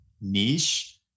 niche